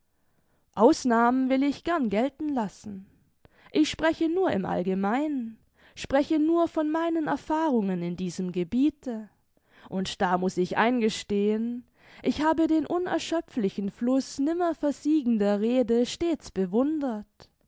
ausnahmen will ich gern gelten lassen ich spreche nur im allgemeinen spreche nur von meinen erfahrungen in diesem gebiete und da muß ich eingestehen ich habe den unerschöpflichen fluß nimmer versiegender rede stets bewundert